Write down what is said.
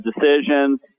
decisions